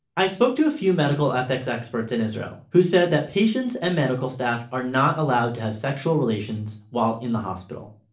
i spoke to a few medical ethics experts in israel who said that patients and medical staff are not allowed to have sexual relations while in the hospital.